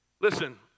Listen